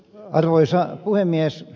arvoisa puhemies